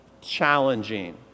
challenging